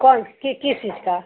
कौन किस किस चीज़ का